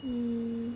hmm